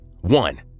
one